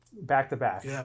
back-to-back